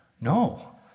No